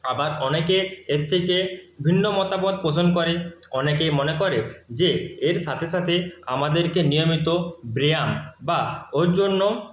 আবার অনেকে এর থেকে ভিন্ন মতামত পোষণ করে অনেকেই মনে করে যে এর সাথে সাথে আমাদেরকে নিয়মিত ব্যায়াম বা ওর জন্য